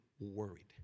worried